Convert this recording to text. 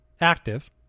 active